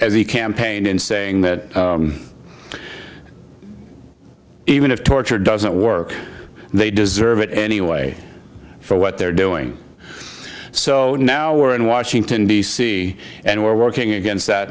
as he campaigned in saying that even if torture doesn't work they deserve it anyway for what they're doing so now we're in washington d c and we're working against that